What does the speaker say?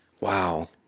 Wow